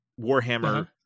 Warhammer